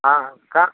हाँके